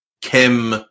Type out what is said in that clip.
Kim